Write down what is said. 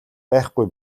байхгүй